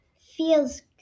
feels